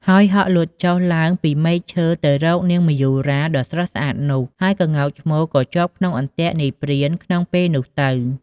ហើយហក់លោតចុះឡើងពីមែកឈើទៅរកនាងមយូរីដ៏ស្រស់ស្អាតនោះ ហើយក្ងោកឈ្មោលក៏ជាប់ក្នុងអន្ទាក់នាយព្រានក្នុងពេលនោះទៅ។